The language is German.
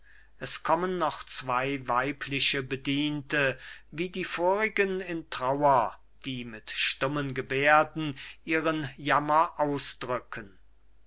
es kommen noch zwei weibliche bediente wie die vorigen in trauer die mit stummen gebärden ihren jammer ausdrücken